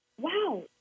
wow